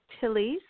Tilly's